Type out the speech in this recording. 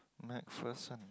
MacPherson